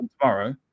tomorrow